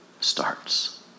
starts